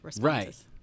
Right